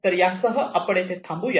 तर यासह आपण येथे थांबू